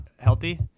healthy